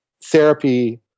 therapy